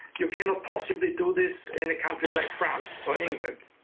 you cannot possibly do this in a country like france or england.